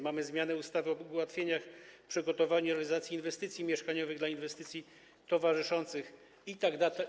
Mamy zmianę ustawy o ułatwieniach w przygotowaniu i realizacji inwestycji mieszkaniowych oraz inwestycji towarzyszących itd.